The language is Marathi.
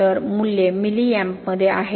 तर मूल्ये मिलीअँपमध्ये आहेत